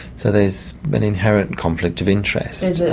so there's an inherent conflict of interest,